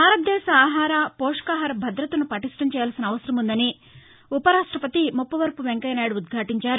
భారతదేశ ఆహార పోషకాహార భద్రతను పటిష్ణం చేయాల్సిన అవసరం ఉందని ఉపరాష్ణపతి ముప్పవరపు వెంకయ్యనాయడు ఉద్యాటించారు